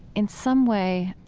in some way,